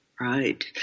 right